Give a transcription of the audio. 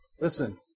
Listen